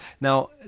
Now